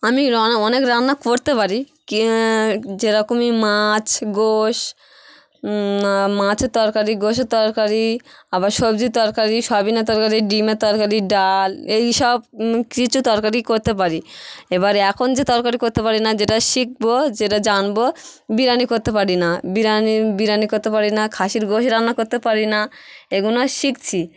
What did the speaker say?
আমি রান্না অনেক রান্না করতে পারি কি যেরকমই মাছ গোস্ত মাছের তরকারি গোস্তের তরকারি আবার সবজির তরকারি সয়াবিনের তরকারি ডিমের তরকারি ডাল এইসব কিছু তরকারি করতে পারি এবার এখন যে তরকারি করতে পারি না যেটা শিখব যেটা জানব বিরিয়ানি করতে পারি না বিরিয়ানি বিরিয়ানি করতে পারি না খাসির গোস্ত রান্না করতে পারি না এইগুলো শিখছি